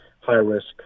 high-risk